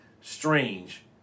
Strange